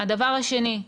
הדבר השני,